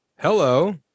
hello